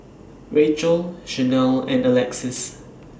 Rachelle Shanell and Alexus